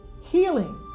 healing